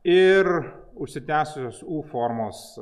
ir užsitęsusios u formos